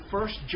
First